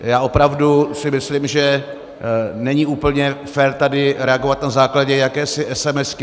Já opravdu si myslím, že není úplně fér tady reagovat na základě jakési esemesky.